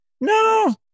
no